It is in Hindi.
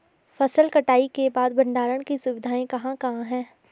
फसल कटाई के बाद भंडारण की सुविधाएं कहाँ कहाँ हैं?